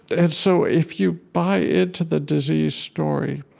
and so, if you buy into the disease story,